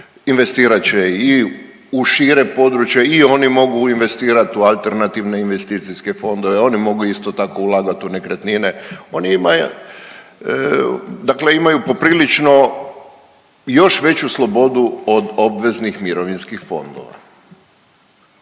Investirat će i u šire područje i oni mogu investirat u alternativne investicijske fondove, oni mogu isto tako ulagat u nekretnine, dakle imaju poprilično još veću slobodu od obveznih mirovinskih fondova.